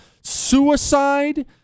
suicide